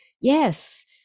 yes